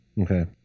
Okay